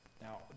Now